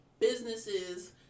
businesses